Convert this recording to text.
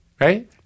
right